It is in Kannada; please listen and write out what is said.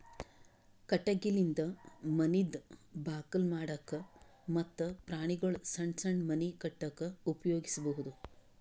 ಕಟಗಿಲಿಂದ ಮನಿದ್ ಬಾಕಲ್ ಮಾಡಕ್ಕ ಮತ್ತ್ ಪ್ರಾಣಿಗೊಳ್ದು ಸಣ್ಣ್ ಸಣ್ಣ್ ಮನಿ ಕಟ್ಟಕ್ಕ್ ಉಪಯೋಗಿಸಬಹುದು